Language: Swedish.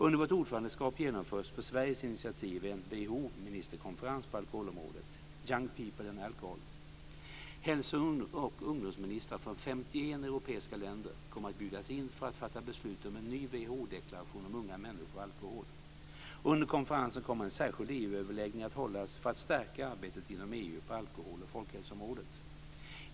Under vårt ordförandeskap genomförs på Sveriges initiativ en WHO-ministerkonferens på alkoholområdet - Young People and Alcohol. Hälso och ungdomsministrar från 51 europeiska länder kommer att bjudas in för att fatta beslut om en ny WHO deklaration om unga människor och alkohol. Under konferensen kommer en särskild EU-överläggning att hållas för att stärka arbetet inom EU på alkohol och folkhälsoområdet.